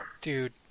dude